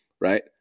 right